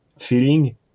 feeling